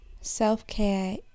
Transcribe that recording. self-care